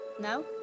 No